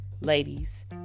Ladies